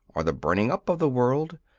or the burning up of the world.